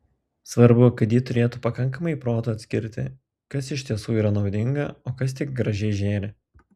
svarbu kad ji turėtų pakankamai proto atskirti kas iš tiesų yra naudinga o kas tik gražiai žėri